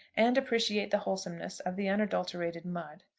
and appreciate the wholesomeness of the unadulterated mud.